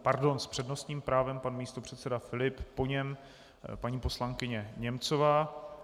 Pardon, s přednostním právem pan místopředseda Filip, po něm paní poslankyně Němcová.